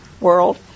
world